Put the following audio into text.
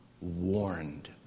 warned